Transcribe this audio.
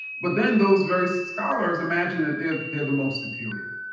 but then those very scholars imagine that they're they're the most superior.